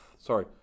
sorry